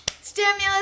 stimulus